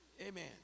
amen